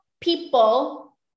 people